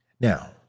Now